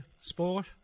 sport